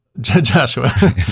Joshua